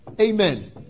amen